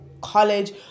college